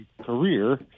career